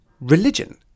religion